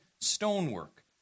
stonework